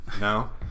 No